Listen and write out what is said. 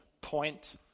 point